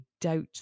doubt